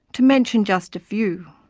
to mention just a few.